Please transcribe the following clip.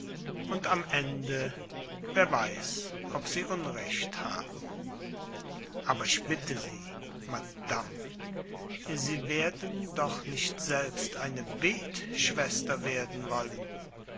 und am ende wer weiß ob sie unrecht haben aber ich bitte sie madame sie werden doch nicht selbst eine betschwester werden wollen